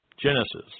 Genesis